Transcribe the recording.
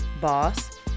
boss